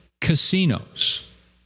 casinos